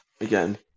Again